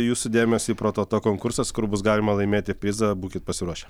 jūsų dėmesiui prototo konkursas kur bus galima laimėti prizą būkit pasiruošę